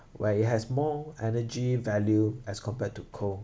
where it has more energy value as compared to coal